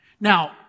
Now